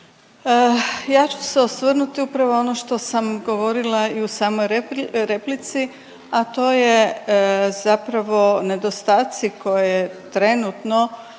Ja ću se osvrnuti upravo ono što sam govorila i u samoj replici, a to je zapravo nedostaci koje trenutno